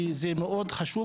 כי זה מאוד חשוב,